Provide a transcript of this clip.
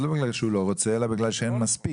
לא בגלל שהוא לא רוצה אלא בגלל שאין מספיק.